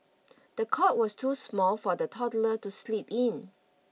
the cot was too small for the toddler to sleep in